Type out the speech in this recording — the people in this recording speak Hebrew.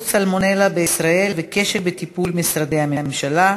סלמונלה בישראל וכשל בטיפול משרדי הממשלה,